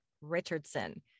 Richardson